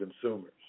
consumers